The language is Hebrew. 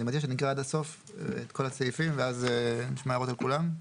אני מציע שנקרא עד הסוף את כל הסעיפים ואז נשמע הערות על כולם.